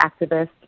activist